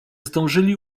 zdążyli